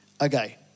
Okay